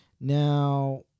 Now